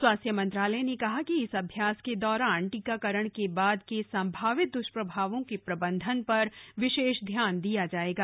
स्वास्थ्य मंत्रालय ने कहा कि इस अभ्यास के दौरान टीकाकरण के बाद के संभावित द्वष्प्रभावों के प्रबंधन पर विशेष ध्यान दिया जायेगा